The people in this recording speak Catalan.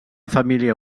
família